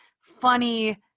funny